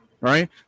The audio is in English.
Right